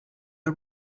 are